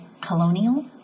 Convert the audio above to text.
colonial